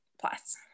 plus